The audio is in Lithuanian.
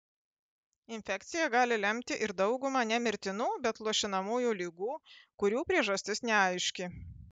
infekcija gali lemti ir daugumą ne mirtinų bet luošinamųjų ligų kurių priežastis neaiški